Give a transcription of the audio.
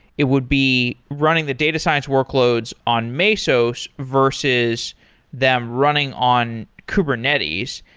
it would be running the data science workloads on mesos, versus them running on kubernetes.